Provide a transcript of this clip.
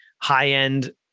high-end